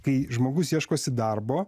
kai žmogus ieškosi darbo